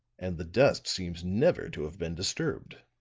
and the dust seems never to have been disturbed.